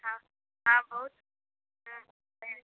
हँ हँ बहुत हूँ भीड़ छै